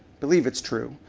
believe it's true.